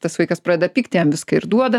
tas vaikas pradeda pykt jam viską ir duoda